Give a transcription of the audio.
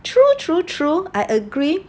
true true true I agree